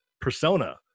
persona